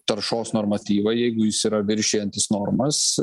taršos normatyvai jeigu jis yra viršijantis normas